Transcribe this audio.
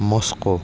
Moscow